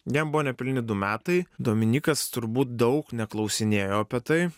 jam buvo nepilni du metai dominykas turbūt daug neklausinėjo apie tai